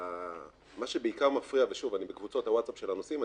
מה שבעיקר מפריע לנוסעים ואני בקבוצות הווטסאפ של הנוסעים,